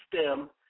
STEM